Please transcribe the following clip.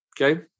okay